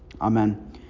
Amen